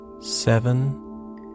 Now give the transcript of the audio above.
Seven